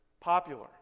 popular